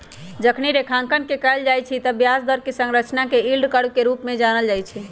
जखनी रेखांकन कएल जाइ छइ तऽ ब्याज दर कें संरचना के यील्ड कर्व के रूप में जानल जाइ छइ